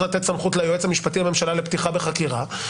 לתת סמכות ליועץ המשפטי לממשלה לפתיחה בחקירה,